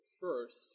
first